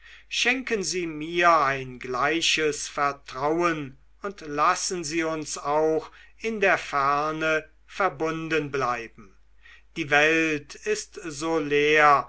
schenken sie mir ein gleiches vertrauen und lassen sie uns auch in der ferne verbunden bleiben die welt ist so leer